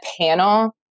panel